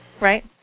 right